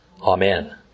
Amen